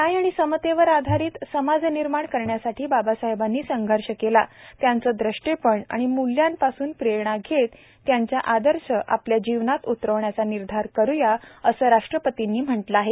न्याय आणि समतेवर आधारीत समाज निर्माण करण्यासाठी बाबासाहेबांनी संघर्ष केला त्यांचं द्रष्टेपण आणि मूल्यांपासून प्रेरणा घेत त्यांचा आदर्श आपल्या जीवनात उतरवण्याचा निर्धार करुया असं राष्ट्रपतींनी म्हटलं आहे